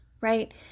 right